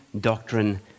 doctrine